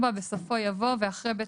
הסתייגות מס' 4: 4. בסופו יבוא "ואחרי "בית